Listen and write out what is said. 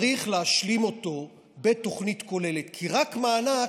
צריך להשלים אותו בתוכנית כוללת, כי רק מענק,